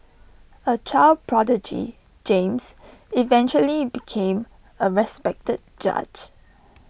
A child prodigy James eventually became A respected judge